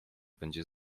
będzie